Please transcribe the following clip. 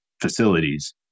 facilities